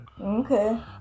Okay